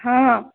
हँ